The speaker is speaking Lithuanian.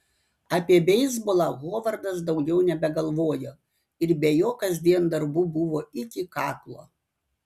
apie beisbolą hovardas daugiau nebegalvojo ir be jo kasdien darbų buvo iki kaklo